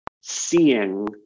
seeing